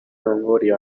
longoria